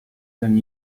than